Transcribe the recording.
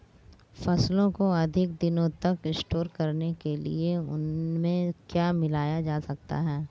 फसलों को अधिक दिनों तक स्टोर करने के लिए उनमें क्या मिलाया जा सकता है?